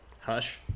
Hush